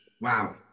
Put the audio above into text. Wow